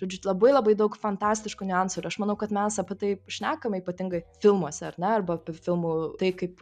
žodžiu labai labai daug fantastiškų niuansų ir aš manau kad mes apie tai šnekame ypatingai filmuose ar ne arba filmų tai kaip